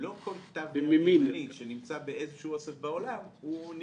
לא כל כתב שנמצא באיזה שהוא אוסף בעולם נלקח,